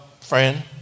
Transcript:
friend